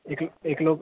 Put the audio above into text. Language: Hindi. एक एक लोग